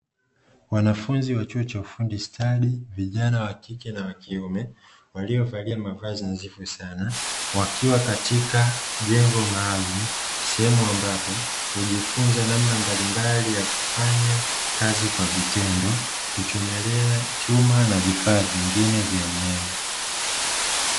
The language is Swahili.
Wanafunzi wa chuo cha ufundi stadi vijana wakike na wakiume waliovalia mavazi mazuri sana, wakiwa katika jengo maalumu sehemu ambapo hujifunza mambo mbalimbali ya kufanya kwa vitendo kuchomelea chuma na vifaa vingine vya umeme.